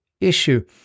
issue